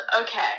Okay